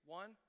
one